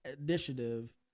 initiative